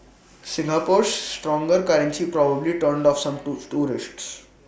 Singapore's stronger currency probably turned off some tools tourists